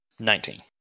Nineteen